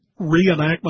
reenactment